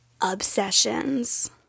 obsessions